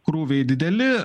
krūviai dideli